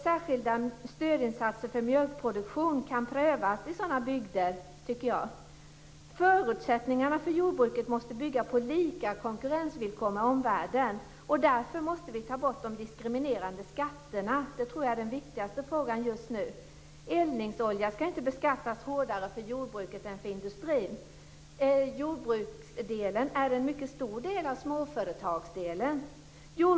Särskilda stödinsatser för mjölkproduktion kan prövas i sådana bygder, tycker jag. Förutsättningarna för jordbruket måste bygga på lika konkurrensvillkor med omvärlden. Därför måste vi ta bort de diskriminerande skatterna. Det tror jag är den viktigaste frågan just nu. Eldningsolja skall inte beskattas hårdare för jordbruket än för industrin. Jordbruket är en mycket stor del av småföretagsverksamheten.